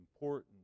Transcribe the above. important